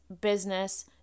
business